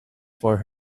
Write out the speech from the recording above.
for